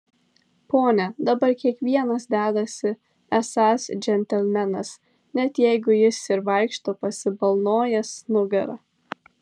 pone dabar kiekvienas dedasi esąs džentelmenas net jeigu jis ir vaikšto pasibalnojęs nugarą